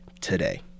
today